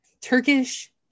Turkish